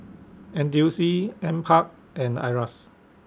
N T U C NParks and IRAS